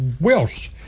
Welsh